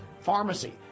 pharmacy